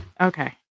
Okay